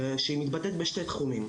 שהיא מתבטאת בשני תחומים,